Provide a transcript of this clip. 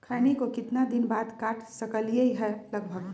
खैनी को कितना दिन बाद काट सकलिये है लगभग?